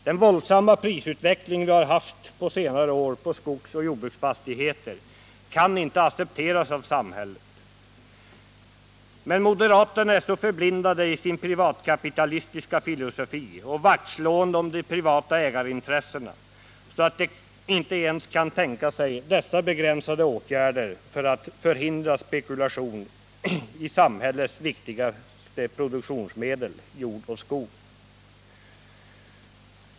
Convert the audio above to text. Den våldsamma prisutveckling vi har haft på senare år på skogsoch jordbruksfastigheter kan inte accepteras av samhället. Men moderaterna är så förblindade i sin privatkapitalistiska filosofi och sitt vaktslående om de privata ägarintressena att de inte ens kan tänka sig desssa begränsade åtgärder för att förhindra spekulation i samhällets viktigaste produktionsmedel, jord och skog.